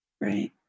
right